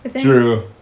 true